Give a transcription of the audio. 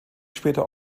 später